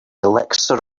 elixir